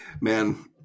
man